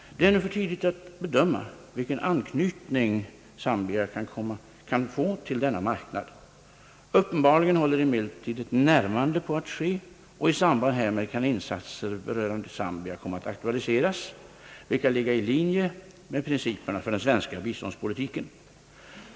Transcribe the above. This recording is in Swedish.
Det är ännu för tidigt att bedöma vilken anknytning Zambia kan få till denna marknad. Uppenbarligen håller emellertid ett närmande på att ske, och i samband härmed kan insatser berörande Zambia komma att aktualiseras, vilka ligger i linje med principerna för den svenska biståndspolitiken.